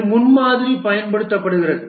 இது முன்மாதிரி பயன்படுத்துகிறது